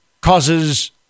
causes